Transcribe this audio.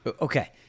Okay